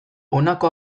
honako